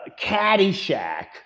Caddyshack